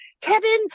Kevin